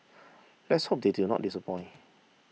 let's hope they do not disappoint